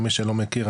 למי שלא מכיר,